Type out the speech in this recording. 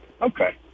Okay